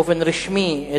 באופן רשמי,